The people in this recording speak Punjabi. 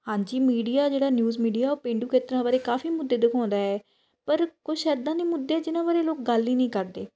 ਹਾਂਜੀ ਮੀਡੀਆ ਜਿਹੜਾ ਨਿਊਜ਼ ਮੀਡੀਆ ਉਹ ਪੇਂਡੂ ਖੇਤਰਾਂ ਬਾਰੇ ਕਾਫੀ ਮੁੱਦੇ ਦਿਖਾਉਂਦਾ ਹੈ ਪਰ ਕੁਝ ਇੱਦਾਂ ਦੇ ਮੁੱਦੇ ਜਿਨ੍ਹਾਂ ਬਾਰੇ ਲੋਕ ਗੱਲ ਹੀ ਨਹੀਂ ਕਰਦੇ